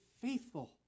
faithful